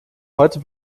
heute